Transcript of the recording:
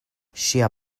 ŝia